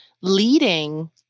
leading